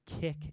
kick